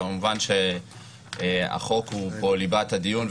כמובן החוק הוא פה ליבת הדיון,